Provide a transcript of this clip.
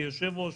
כיושב-ראש